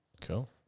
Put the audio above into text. Cool